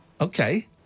Okay